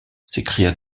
s’écria